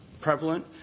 prevalent